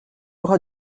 aura